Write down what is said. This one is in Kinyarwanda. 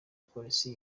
polisi